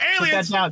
Aliens